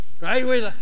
right